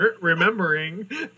Remembering